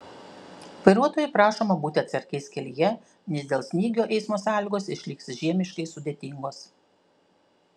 vairuotojų prašoma būti atsargiais kelyje nes dėl snygio eismo sąlygos išliks žiemiškai sudėtingos